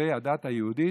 כלפי הדת היהודית,